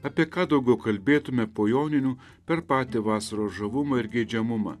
apie ką daugiau kalbėtume po joninių per patį vasaros žavumą ir geidžiamumą